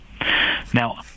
Now